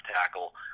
tackle